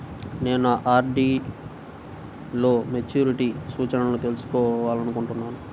నేను నా ఆర్.డీ లో మెచ్యూరిటీ సూచనలను తెలుసుకోవాలనుకుంటున్నాను